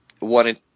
wanted